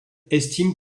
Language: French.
estime